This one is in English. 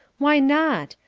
why not?